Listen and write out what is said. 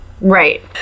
Right